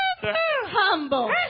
humble